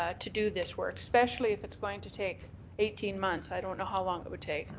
ah to do this work, especially if it's going to take eighteen months, i don't know how long it would take,